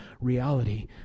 reality